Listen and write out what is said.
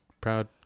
proud